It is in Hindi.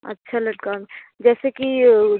अच्छा लटकन में जैसे कि